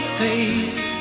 face